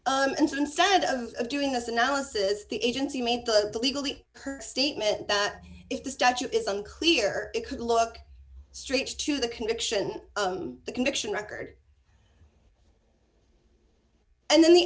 so instead of doing this analysis the agency made the legally current statement that if the statute is unclear it could look straight to the conviction the conviction record and then the